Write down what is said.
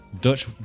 Dutch